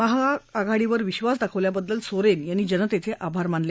महाआघाडीवर विश्वास दाखवल्याबद्दल सोरेन यांनी जनतेचे आभार मानले